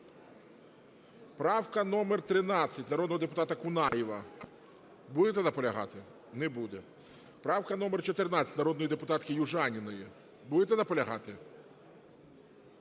Правка номер 13, народного депутата Кунаєва. Будете наполягати? Не буде. Правка номер 14, народної депутатки Южаніної. Будете наполягати?